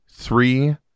Three